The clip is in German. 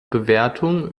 bewertung